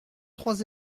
trois